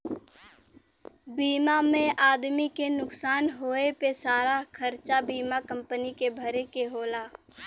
बीमा में आदमी के नुकसान होए पे सारा खरचा बीमा कम्पनी के भरे के होला